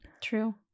True